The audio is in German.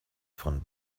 von